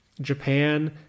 Japan